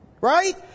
right